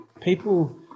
people